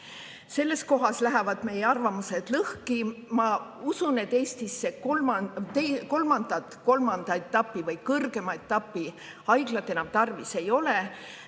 selles kohas lähevad meie arvamused lahku. Ma usun, et Eestisse kolmandat kolmanda etapi või kõrgema etapi haiglat enam tarvis ei ole.